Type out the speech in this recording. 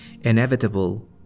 inevitable